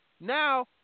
Now